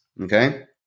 okay